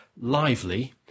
lively